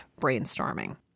brainstorming